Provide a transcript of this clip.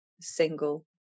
single